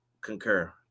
concur